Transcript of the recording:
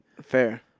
Fair